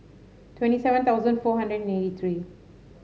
twenty seven thousand four hundred and eighty three